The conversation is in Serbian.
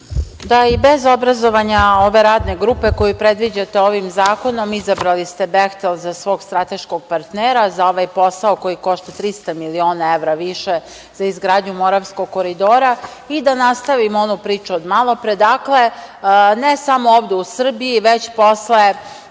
I bez obrazovanja ove radne grupe koju predviđate ovim zakonom izabrali ste „Behtel“ za svog strateškog partnera za ovaj posao koji košta 300 miliona evra više za izgradnju Moravskog koridora. Da nastavim onu priču od malopre, dakle, ne samo ovde u Srbiji, već posle